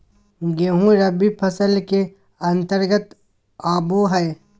गेंहूँ रबी फसल के अंतर्गत आबो हय